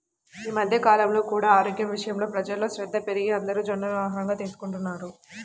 ఈ మధ్య కాలంలో కూడా ఆరోగ్యం విషయంలో ప్రజల్లో శ్రద్ధ పెరిగి అందరూ జొన్నలను ఆహారంగా తీసుకుంటున్నారు